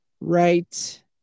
Right